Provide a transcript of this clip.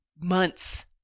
months